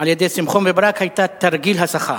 על-ידי שמחון וברק היתה תרגיל הסחה?